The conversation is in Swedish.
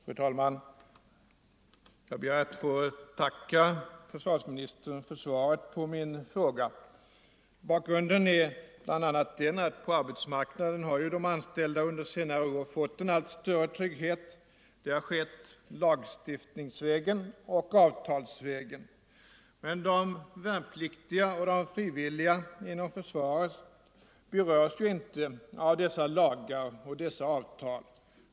Fru talman! Jag ber att få tacka försvarsministern för svaret på min fråga. Bakgrunden är bl.a. att de anställda på arbetsmarknaden under senare år fått en allt större trygghet — det har skett lagstiftningsvägen och avtalsvägen. Men de värnpliktiga och frivilliga inom försvaret berörs inte av dessa lagar och avtal.